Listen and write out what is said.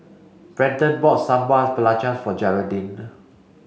Brenton bought Sambal Belacan for Geraldine